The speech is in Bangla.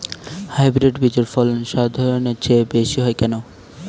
হাইব্রিড বীজের ফলন সাধারণের চেয়ে বেশী হয় কেনো?